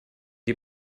die